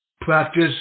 practice